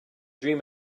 dream